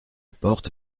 porte